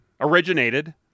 originated